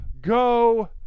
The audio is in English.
go